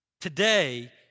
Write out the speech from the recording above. Today